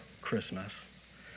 Christmas